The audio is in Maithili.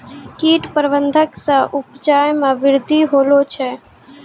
कीट प्रबंधक से उपजा मे वृद्धि होलो छै